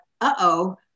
uh-oh